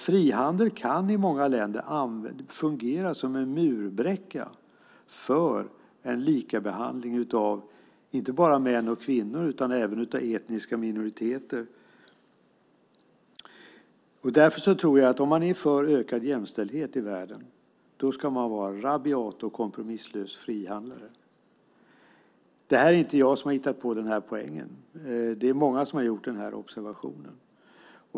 Frihandel kan i många länder fungera som en murbräcka för en likabehandling inte bara av män och kvinnor utan också av etniska minoriteter. Om man är för ökad jämställdhet i världen ska man vara rabiat och kompromisslös frihandlare. Det är inte jag som har hittat på detta. Det är många som har gjort den här observationen.